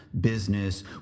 business